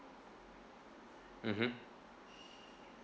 mmhmm